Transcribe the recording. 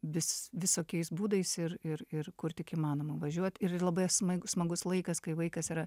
vis visokiais būdais ir ir ir kur tik įmanoma važiuot ir į labai smaig smagus laikas kai vaikas yra